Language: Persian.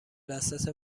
دسترس